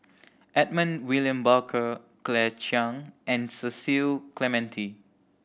Edmund William Barker Claire Chiang and Cecil Clementi